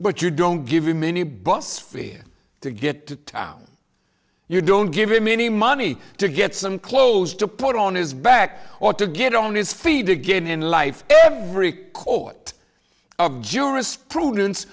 but you don't give a minibus free to get to town you don't give him any money to get some clothes to put on his back or to get on his feet again in life every court of jurisprudence